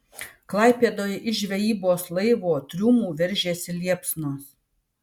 klaipėdoje iš žvejybos laivo triumų veržėsi liepsnos